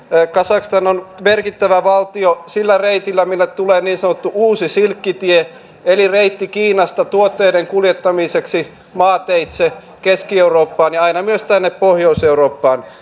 kazakstan on merkittävä valtio sillä reitillä mille tulee niin sanottu uusi silkkitie eli reitti kiinasta tuotteiden kuljettamiseksi maateitse keski eurooppaan ja aina myös tänne pohjois eurooppaan